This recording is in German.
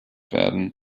werden